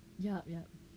yup yup